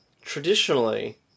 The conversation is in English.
traditionally